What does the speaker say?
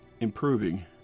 improving